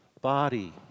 body